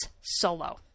solo